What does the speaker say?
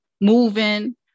moving